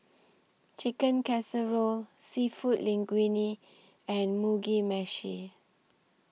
Chicken Casserole Seafood Linguine and Mugi Meshi